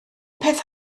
peth